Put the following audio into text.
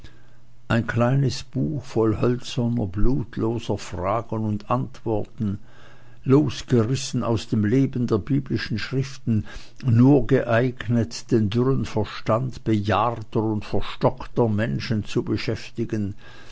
ein kleines buch voll hölzerner blutloser fragen und antworten losgerissen aus dem leben der biblischen schriften nur geeignet den dürren verstand bejahrter und verstockter menschen zu beschäftigen